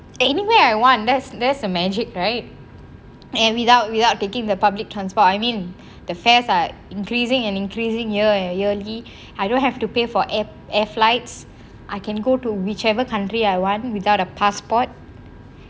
anywhere I want that's the magic right and and without without taking the public transport I mean the fares are increasing and increasing yar and yarly I don't have to pay for air air flights I can go to whichever country I want without a passport